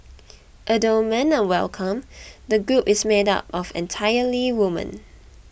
although men are welcome the group is made up of entirely women